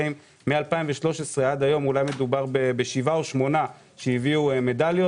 מ-2013 עד היום מדובר אולי בשבעה או שמונה שהביאו מדליות.